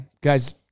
guys